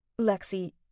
Lexi